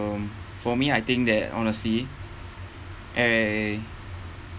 for me I think they're honestly eh